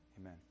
Amen